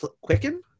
quicken